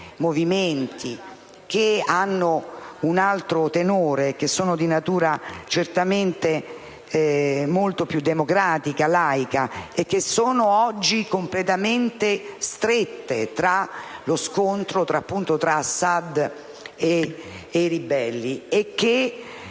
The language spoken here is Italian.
movimenti che hanno un altro profilo, che sono di natura certamente molto più democratica e laica e che sono oggi completamente strette nello scontro tra Assad e i ribelli, che